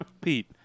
Pete